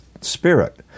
spirit